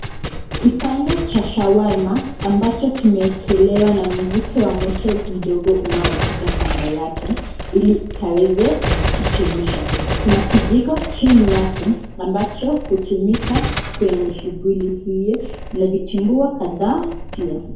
Kipande cha shawarma ambacho kimeekelewa na mvuke wa moto mdogo unaotoka kando yake ili kaweze kukichemsha. Kuna kijiko chini yake ambacho hutumika kwenye shughuli hiyo na vitumbua kadhaa pia.